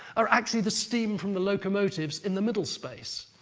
are actually the steam from the locomotives in the middle space.